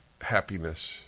happiness